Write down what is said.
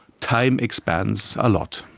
time expands ah lot.